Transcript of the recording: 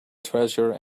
treasure